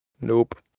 Nope